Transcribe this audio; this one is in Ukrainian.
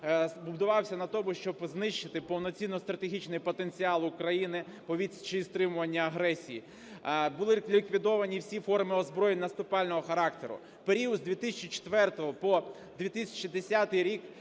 будувався на тому, щоб знищити повноцінно стратегічний потенціал України по відсічі і стримуванню агресії. Були ліквідовані всі форми озброєнь наступального характеру. В період з 2004 по 2010 рік,